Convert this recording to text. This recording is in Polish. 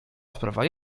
sprawa